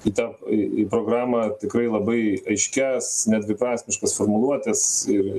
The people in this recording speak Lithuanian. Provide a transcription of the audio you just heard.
į tą į į programą tikrai labai aiškias nedviprasmiškas formuluotes ir